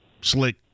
slick